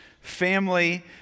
family